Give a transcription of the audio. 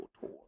tour